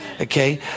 Okay